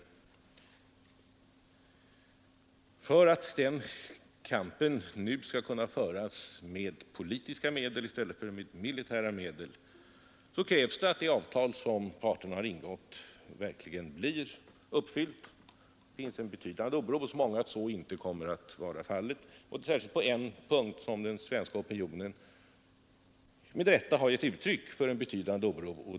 För att den kampen nu skall kunna föras med politiska medel i stället för med militära medel krävs att det avtal som parterna ingått verkligen blir uppfyllt. Det finns en betydande oro hos många för att så inte kommer att bli fallet. Särskilt på en punkt har den svenska opinionen med rätta gett uttryck för en betydande oro.